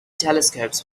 telescopes